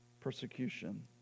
persecution